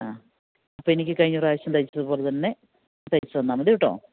ആ അപ്പോള് എനിക്ക് കഴിഞ്ഞപ്രാവശ്യം തയ്ച്ചതു പോലെതന്നെ തയ്ച്ചുതന്നാല് മതി കേട്ടോ